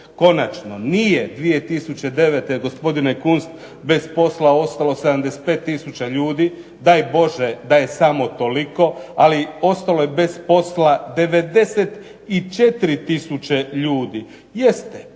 Konačno nije 2009. godine gospodine Kunst bez posla ostalo 75 tisuća ljudi daj Bože da je samo toliko, ali ostalo je bez posla 94 tisuće ljude. Jeste